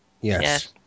Yes